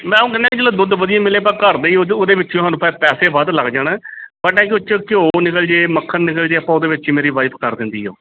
ਮੈਂ ਉਹ ਕਹਿੰਦਾ ਕਿ ਚਲੋ ਦੁੱਧ ਵਧੀਆ ਮਿਲੇ ਪਰ ਘਰ ਦਾ ਹੋ ਜੂ ਉਹਦੇ ਵਿੱਚੋਂ ਸਾਨੂੰ ਪੈ ਪੈਸੇ ਵੱਧ ਲੱਗ ਜਾਣ ਬਟ ਐਂ ਕਿ ਉਹ 'ਚੋਂ ਘਿਓ ਨਿਕਲ ਜਾਵੇ ਮੱਖਣ ਨਿਕਲ ਜਾਵੇ ਆਪਾਂ ਉਹਦੇ ਵਿੱਚ ਮੇਰੀ ਵਾਈਫ ਕਰ ਦਿੰਦੀ ਆ ਉਹ